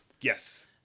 yes